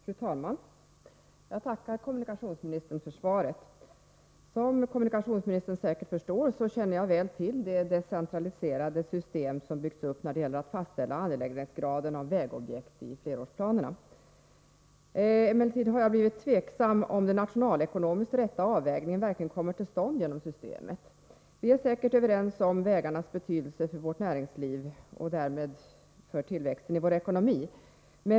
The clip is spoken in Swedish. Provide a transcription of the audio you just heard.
Fru talman! Jag tackar kommunikationsministern för svaret. Som kommunikationsministern säkert förstår känner jag väl till det decentraliserade system som byggts upp när det gäller att fastställa angelägenhetsgraden av vägobjekt i flerårsplanerna. Emellertid har jag blivit tveksam om den nationalekonomiskt rätta avvägningen verkligen kommer till stånd genom = Nr 156 systemet. Måndagen d Vi är säkert överens om vägarnas betydelse för vårt näringsliv och därmed ; 8 SER Å RR z E 28 maj 1984 för tillväxten i vår ekonomi.